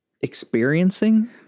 experiencing